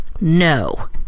no